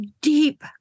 deep